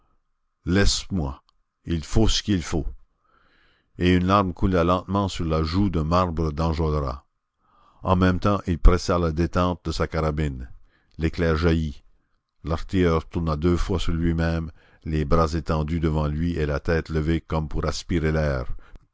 laisse-moi il faut ce qu'il faut et une larme coula lentement sur la joue de marbre d'enjolras en même temps il pressa la détente de sa carabine l'éclair jaillit l'artilleur tourna deux fois sur lui-même les bras étendus devant lui et la tête levée comme pour aspirer l'air